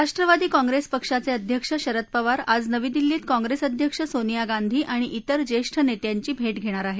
Rashtrawadi Congress पक्षाचे अध्यक्ष शरद पवार आज नवी दिल्लीत काँप्रेस अध्यक्ष सोनिया गांधी आणि त्विर ज्येष्ठ नेत्यांची भेट घेणार आहेत